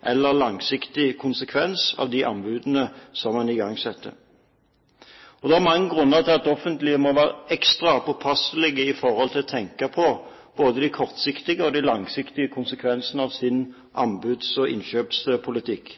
eller langsiktig konsekvens av de anbudene man igangsetter. Det er mange grunner til at det offentlige må være ekstra påpasselig når det gjelder både de kortsiktige og langsiktige konsekvensene av sin anbuds- og innkjøpspolitikk.